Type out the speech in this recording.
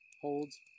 holds